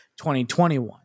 2021